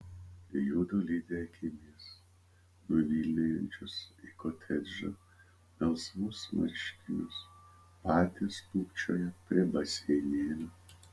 juodu lydi akimis nuvilnijančius į kotedžą melsvus marškinius patys tūpčioja prie baseinėlio